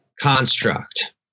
construct